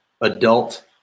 adult